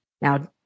Now